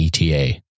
ETA